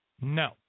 No